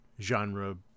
genre